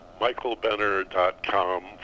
michaelbenner.com